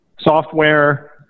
software